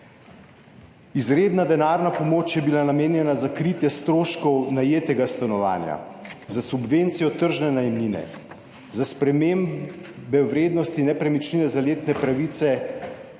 Izredna denarna pomoč je bila namenjena za kritje stroškov najetega stanovanja za subvencijo tržne najemnine za spremembe vrednosti nepremičnine za 26.